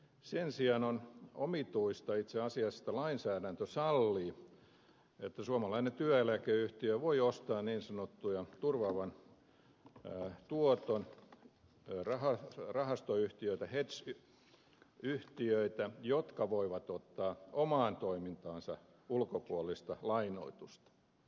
sen sijaan on omituista itse asiassa että lainsäädäntö sallii että suomalainen työeläkeyhtiö voi ostaa niin sanottuja turvaavan tuoton rahastoyhtiöitä hedge yhtiöitä jotka voivat ottaa omaan toimintaansa ulkopuolista lainoitusta